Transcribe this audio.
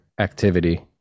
activity